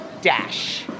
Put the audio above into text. dash